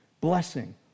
blessing